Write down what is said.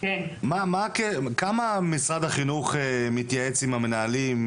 כמה משרד החינוך מתייעץ עם המנהלים,